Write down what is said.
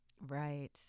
Right